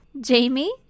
Jamie